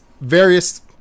various